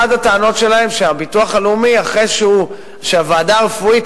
אחת הטענות שלהם היא שאחרי שהוועדה הרפואית